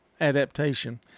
Adaptation